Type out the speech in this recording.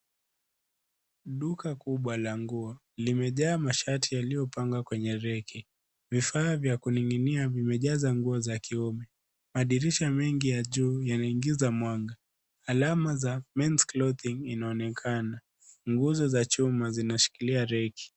Duka kubwa la nguo limejaa mashati yaliyopangwa kwenye reki. Vifaa vya kuning'inia vimejaza nguo za kiume. Madirisha mengi ya juu yanaingiza mwanga. Alama za Men's Clothing inaonekana. Nguzo za chuma zinashikilia reki.